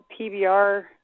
PBR